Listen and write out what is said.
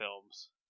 films